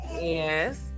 yes